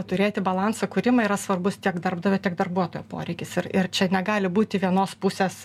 turėti balanso kūrimą yra svarbus tiek darbdavio tiek darbuotojo poreikis ir ir čia negali būti vienos pusės